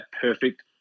perfect